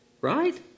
right